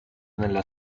nella